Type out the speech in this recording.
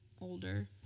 older